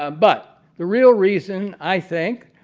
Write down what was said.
um but the real reason, i think,